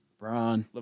LeBron